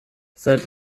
seit